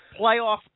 playoff